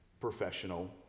professional